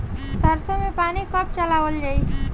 सरसो में पानी कब चलावल जाई?